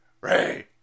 Ray